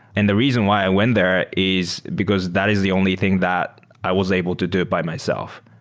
and the reason why i went there is because that is the only thing that i was able to do by myself.